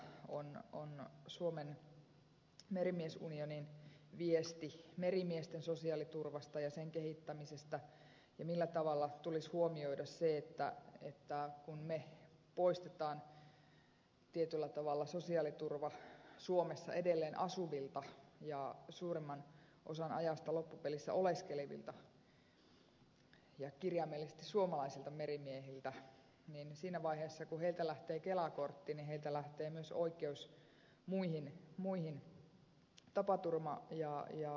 se on suomen merimies unionin viesti merimiesten sosiaaliturvasta ja sen kehittämisestä ja siitä millä tavalla tulisi huomioida se että kun me poistamme tietyllä tavalla sosiaaliturvan suomessa edelleen asuvilta ja suurimman osan ajasta loppupelissä oleskelevilta ja kirjaimellisesti suomalaisilta merimiehiltä niin siinä vaiheessa kun heiltä lähtee kela kortti heiltä lähtee myös oikeus muihin tapaturma ja matkavakuutuksiin